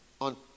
on